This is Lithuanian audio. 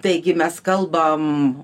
taigi mes kalbam